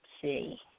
see